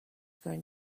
going